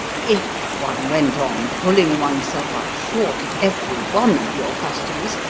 if one went on pulling oneself up short at every one of your customs,